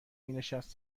مینشست